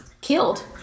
killed